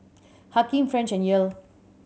Hakim French and Yael